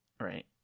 right